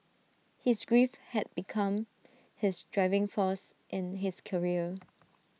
his grief had become his driving force in his career